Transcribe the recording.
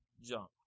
jump